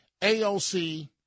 AOC